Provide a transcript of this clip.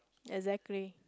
exactly